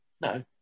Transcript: No